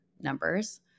numbers